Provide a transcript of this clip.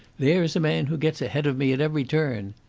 there's a man who gets ahead of me at every turn.